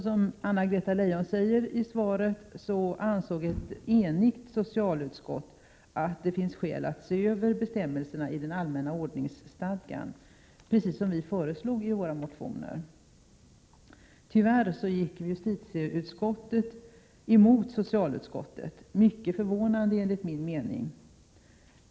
Som Anna-Greta Leijon säger i svaret ansåg ett enigt socialutskott att det finns skäl att se över bestämmelserna i den allmänna ordningsstadgan såsom vi föreslog i våra motioner. Tyvärr gick justitieutskottet emot socialutskottet — mycket förvånande enligt min mening.